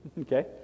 Okay